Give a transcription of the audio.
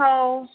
हो